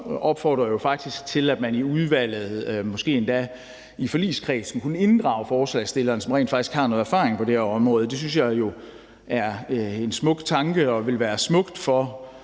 opfordrede jo faktisk før til, at man i udvalget måske endda i forligskredsen kunne inddrage forslagsstilleren, som rent faktisk har noget erfaring på det her område. Det synes jeg jo er en smuk tanke, og det vil være smukt for